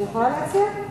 אני יכולה להציע?